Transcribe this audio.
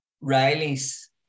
Riley's